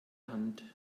hand